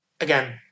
Again